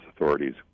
authorities